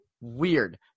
weird